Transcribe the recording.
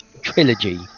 trilogy